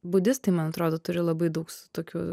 budistai man atrodo turi labai daug su tokiu